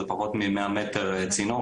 זה פחות מ-100 מטר צינור,